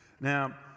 Now